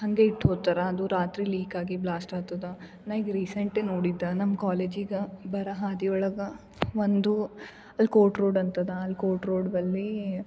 ಹಂಗೆ ಇಟ್ಟು ಹೋತರ ಅದು ರಾತ್ರಿ ಲೀಕ್ ಆಗಿ ಬ್ಲಾಸ್ಟ್ ಆಗ್ತದೆ ನಾ ಈಗ ರೀಸೆಂಟ್ ನೋಡಿದ್ದೆ ನಮ್ಮ ಕಾಲೇಜಿಗೆ ಬರೋ ಹಾದಿ ಒಳಗೆ ಒಂದು ಅಲ್ಲಿ ಕೋರ್ಟ್ ರೋಡ್ ಅಂತದ ಅಲ್ಲಿ ಕೋರ್ಟ್ ರೋಡ್ ಬಳಿ